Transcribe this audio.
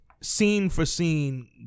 scene-for-scene